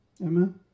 Amen